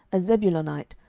a zebulonite,